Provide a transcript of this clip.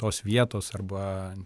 tos vietos arba